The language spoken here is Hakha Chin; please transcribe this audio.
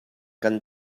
kan